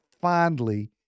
fondly